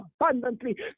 abundantly